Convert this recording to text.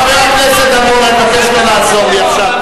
חבר הכנסת דנון, אני מבקש לא לעזור לי עכשיו.